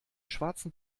schwarzen